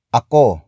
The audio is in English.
ako